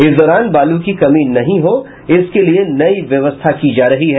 इस दौरान बालू की कमी नहीं हो इसके लिये नई व्यवस्था की जा रही है